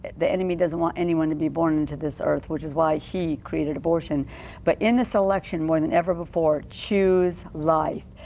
the enemy doesn't want anyone to be born on this earth, which is why he created abortion but in this election, more than ever before. choose life.